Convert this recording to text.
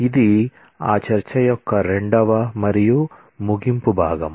ఇది ఆ చర్చ యొక్క రెండవ మరియు ముగింపు భాగం